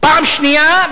פעם שנייה,